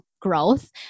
growth